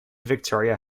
victoria